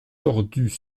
tordues